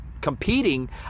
competing